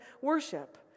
worship